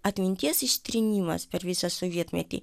atminties ištrynimas per visą sovietmetį